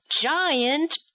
giant